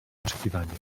oczekiwaniu